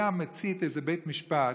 היה מצית איזה בית משפט?